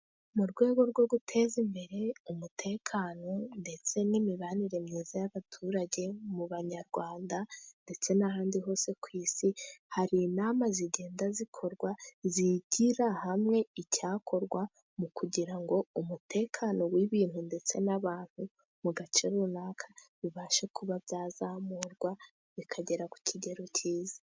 Mu rwego rwo guteza imbere, umutekano ndetse n'imibanire myiza y'abaturage mu banyarwanda, ndetse n'ahandi hose ku isi, hari inama zigenda zikorwa, zigira hamwe icyakorwa mu kugira ngo umutekano w'ibintu ndetse n'abantu mu gace runaka, bibashe kuba byazamurwa bikagera ku kigero cyiza.